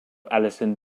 allison